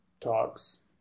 talks